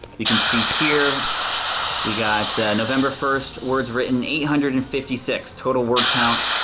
you can see here we got november first, words written, eight hundred and fifty six, total word count,